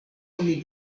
oni